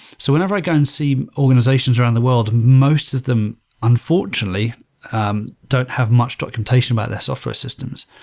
so whenever i go and see organizations around the world, most of them unfortunately um don't have much documentation about their software systems.